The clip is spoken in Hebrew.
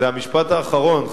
זה המשפט האחרון,